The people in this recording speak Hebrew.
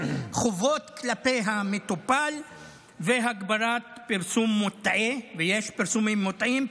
חובות כלפי המטופל והגבלת פרסום מוטעה" ויש פרסומים מוטעים,